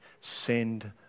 send